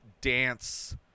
dance